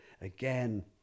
again